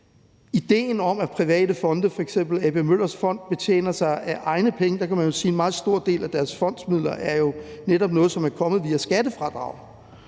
idéen om, at private fonde – f.eks. A.P. Møller Fonden – betjener sig af egne penge, kan man jo sige, at en meget stor del af deres fondsmidler netop er noget, som er kommet via skattefradrag,